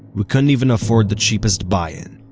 we couldn't even afford the cheapest buy-in.